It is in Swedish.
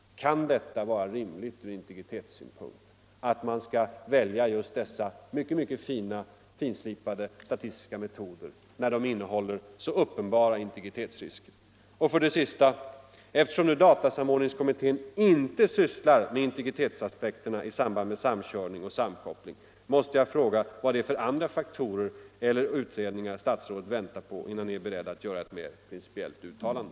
Kan det vara rimligt ur integritetssynpunkt att välja just dessa mycket fin slipade statistiska metoder, när de innehåller så uppenbara integritets risker? 3. Eftersom datasamordningskommittén inte sysslar med integritets aspekterna i samband med samkörning och sammankoppling måste jag fråga: Vad är det för andra faktorer eller utredningar statsrådet väntar på, innan ni är beredd att göra ett mer principiellt uttalande?